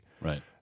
Right